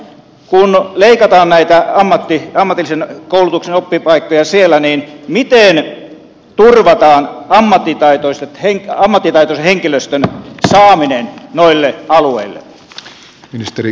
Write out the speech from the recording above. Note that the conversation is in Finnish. kun leikataan näitä ammatillisen koulutuksen oppipaikkoja siellä niin miten turvataan ammattitaitoisen henkilöstön saaminen noille alueille